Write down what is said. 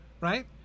right